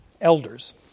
elders